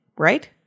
Right